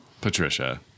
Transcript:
Patricia